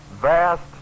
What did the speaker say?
vast